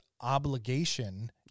obligation